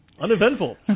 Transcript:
Uneventful